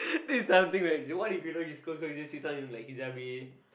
this is something that what if you know you scroll scroll you see someone in like hijabi